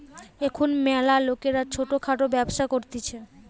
এখুন ম্যালা লোকরা ছোট খাটো ব্যবসা করতিছে